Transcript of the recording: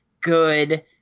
good